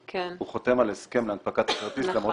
הוא חותם על הסכם להנפקת כרטיס למרות